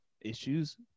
issues